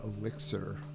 elixir